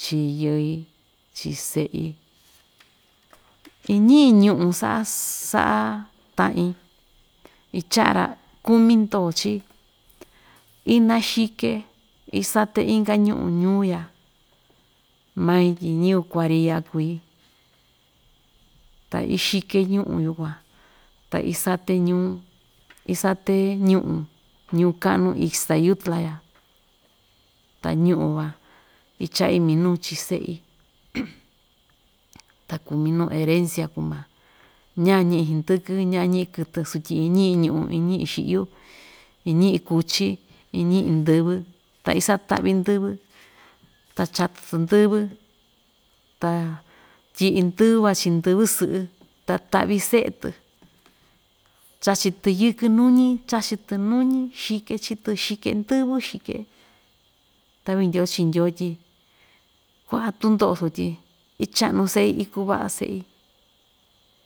Chii yɨi chii se'i iñi'i ñu'un sa'a sa'a ta'in icha'a‑ra kumi ndoo chii inaxike isate inka ñu'un ñuu‑ya mai tyi ñɨvɨ kuariya kui ta ixike ñu'un yukuan ta isate ñuu, isate ñu'un ñuu ka'nu ixtayutla ya ta ñu'un van icha'i minuu chi se'i ta kuu minu herencia kuu‑ma, ña‑ñi'i hndɨkɨ ña‑ñi'i kɨtɨ sotyi iñi'in ñu'un iñi'in xi'yu, iñi'in kuchí iñi'in ndɨvɨ ta isata'vi ndɨ́vɨ ta chatɨ‑tɨ ndɨ́vɨ ta tyi'i ndɨ́vɨ van chi'in ndɨvɨ sɨ'ɨ ta ta'vi se'e‑tɨ chachi‑tɨ yɨkɨn nuñi chachi‑tɨ nuñí xike chii‑tɨ xike ndɨ́vɨ xike ta'vi ndyoo chi ndyoo tyi kua'a tundo'o sutyi icha'nu se'i ikuu va'a se'i